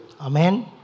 Amen